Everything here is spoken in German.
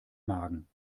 magen